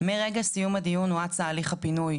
מרגע סיום הדיון הואץ תהליך הפינוי,